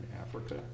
Africa